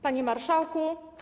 Panie Marszałku!